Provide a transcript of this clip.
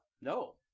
No